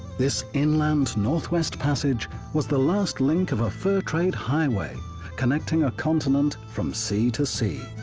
this inland northwest passage was the last link of a fur trade highway connecting a continent from sea to sea.